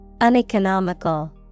Uneconomical